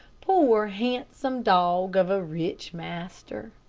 poor, handsome dog of a rich master!